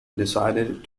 decided